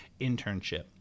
internship